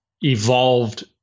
evolved